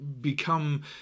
become